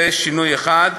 זה שינוי אחד.